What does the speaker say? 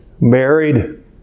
married